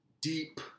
deep